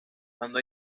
cuando